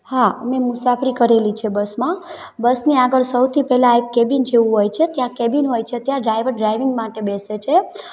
હા મેં મુસાફરી કરેલી છે બસમાં બસની આગળ સૌથી પહેલાં એક કૅબિન જેવું હોય છે ત્યાં કૅબિન હોય છે ત્યાં ડ્રાઈવર ડ્રાઈવિંગ માટે બેસે છે